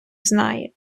знає